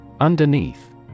Underneath